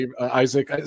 Isaac